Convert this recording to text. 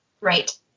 Right